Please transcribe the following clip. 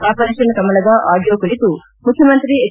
operation ಕಮಲದ audio ಕುರಿತು ಮುಖ್ಯಮಂತ್ರಿ ಹೆಚ್